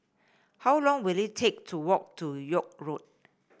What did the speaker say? how long will it take to walk to York Road